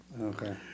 Okay